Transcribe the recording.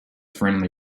friendly